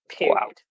Wow